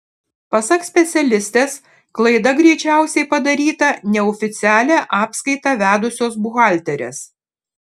pasak specialistės klaida greičiausiai padaryta neoficialią apskaitą vedusios buhalterės